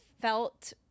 felt